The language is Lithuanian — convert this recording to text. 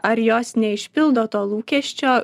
ar jos neišpildo to lūkesčio